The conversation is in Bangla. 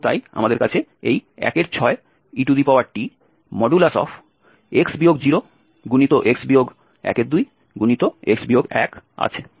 এবং তাই আমাদের কাছে এই 16et x 0x 12x 1 আছে